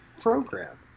program